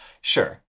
Sure